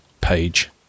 page